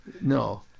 No